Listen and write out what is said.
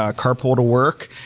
ah carpool to work.